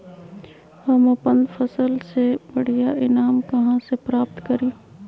हम अपन फसल से बढ़िया ईनाम कहाँ से प्राप्त करी?